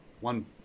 One